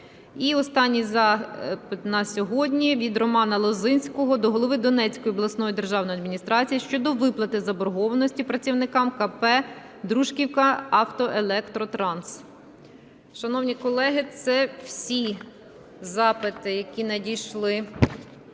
останній запит на сьогодні. Від Романа Лозинського до голови Донецької обласної державної адміністрації щодо виплати заборгованості працівникам КП "Дружківка автоелектротранс".